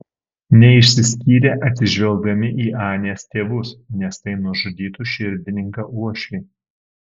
neišsiskyrė atsižvelgdami į anės tėvus nes tai nužudytų širdininką uošvį